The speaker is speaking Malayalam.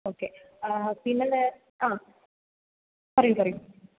ഓക്കേ ആ പിന്നെ ആ പറയൂ പറയൂ